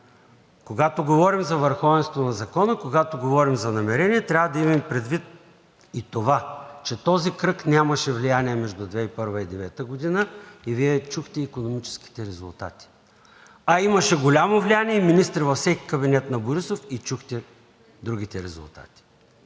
когато говорим за върховенство на закона, когато говорим за намерения, трябва да имаме предвид и това, че този кръг нямаше влияния между 2001 и 2009 г. и Вие чухте икономическите резултати. Но имаше голямо влияние и министри във всеки кабинет на Борисов и чухте другите резултати.